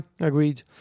agreed